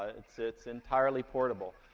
ah it's it's entirely portable.